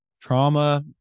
trauma